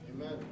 Amen